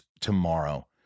tomorrow